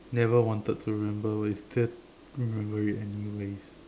never wanted to remember but you still remember it anyway